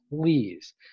please